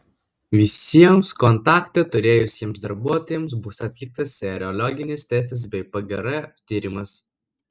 visiems kontaktą turėjusiems darbuotojams bus atliktas serologinis testas bei pgr tyrimas